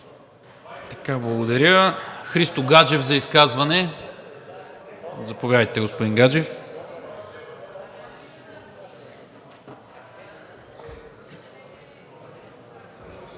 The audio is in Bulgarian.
Благодаря. Христо Гаджев за изказване – заповядайте, господин Гаджев.